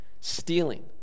stealing